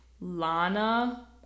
Lana